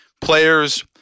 players